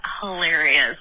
hilarious